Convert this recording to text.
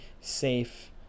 safe